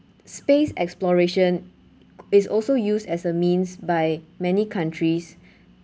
space exploration is also used as a means by many countries